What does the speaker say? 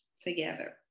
together